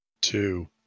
two